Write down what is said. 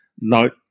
note